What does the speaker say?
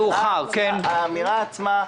האמירה עצמה,